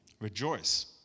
rejoice